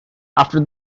after